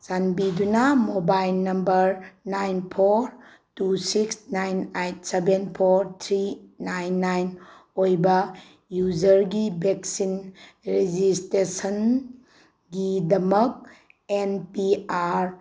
ꯆꯥꯟꯕꯤꯗꯨꯅ mobile number nine four two six nine eight seven four three nine nine ꯑꯣꯏꯕ ꯌꯨꯖꯔꯒꯤ vaccine ꯔꯦꯖꯤꯁꯇꯦꯁꯟꯒꯤꯗꯃꯛ N P R